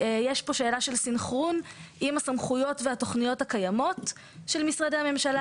יש פה שאלה של סנכרון עם הסמכויות והתוכניות הקיימות של משרדי הממשלה,